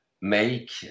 make